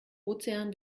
ozean